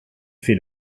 fait